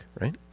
right